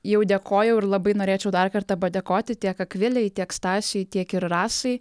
jau dėkojau ir labai norėčiau dar kartą padėkoti tiek akvilei tiek stasiui tiek ir rasai